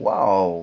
!wow!